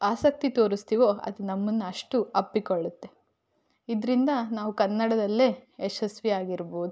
ಆಸಕ್ತಿ ತೊರಸ್ತೀವೋ ಅದು ನಮ್ಮನ್ನು ಅಷ್ಟು ಅಪ್ಪಿಕೊಳ್ಳತ್ತೆ ಇದರಿಂದ ನಾವು ಕನ್ನಡದಲ್ಲೇ ಯಶಸ್ವಿಯಾಗಿರ್ಬೋದು